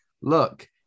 look